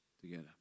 together